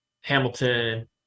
hamilton